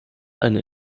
eine